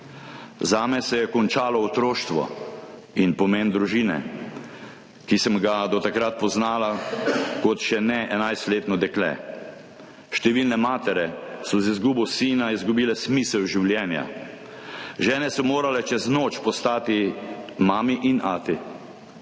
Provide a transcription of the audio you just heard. Zame se je končalo otroštvo in pomen družine, ki sem ga do takrat poznala kot še ne enajstletno dekle. Številne matere so z izgubo sina izgubile smisel življenja, žene so morale čez noč postati mami in ati.